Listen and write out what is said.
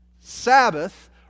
Sabbath